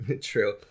True